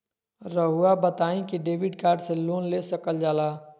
रहुआ बताइं कि डेबिट कार्ड से लोन ले सकल जाला?